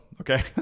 Okay